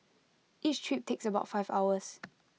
each trip takes about five hours